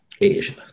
Asia